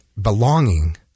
belonging